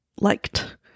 liked